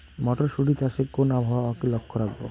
মটরশুটি চাষে কোন আবহাওয়াকে লক্ষ্য রাখবো?